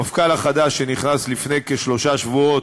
המפכ"ל החדש, שנכנס לתפקידו לפני כשלושה שבועות,